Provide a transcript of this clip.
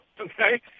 okay